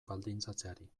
baldintzatzeari